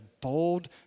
bold